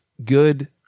good